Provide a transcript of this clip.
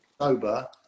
sober